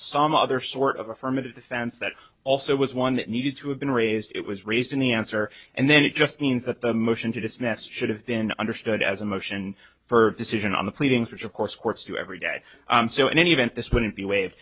some other sort of affirmative defense that also was one that needed to have been raised it was raised in the answer and then it just means that the motion to dismiss should have been understood as a motion for decision on the pleadings which of course courts do every day so in any event this wouldn't be waive